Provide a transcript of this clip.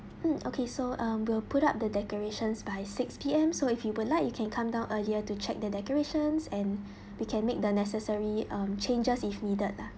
mm okay so um we'll put up the decorations by six P_M so if you would like you can come down earlier to check the decorations and we can make the necessary um changes if needed lah